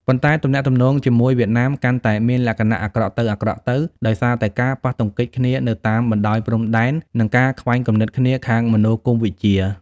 ប៉ុន្តែទំនាក់ទំនងជាមួយវៀតណាមកាន់តែមានលក្ខណៈអាក្រក់ទៅៗ ដោយសារ តែការប៉ះទង្គិចគ្នានៅតាមបណ្តោយព្រំដែន និងការខ្វែងគំនិតគ្នាខាងមនោគមន៍វិជ្ជា ។